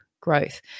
growth